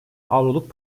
avroluk